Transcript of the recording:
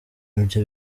ibyo